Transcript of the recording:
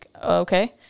Okay